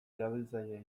erabiltzaile